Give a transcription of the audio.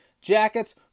jackets